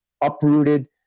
uprooted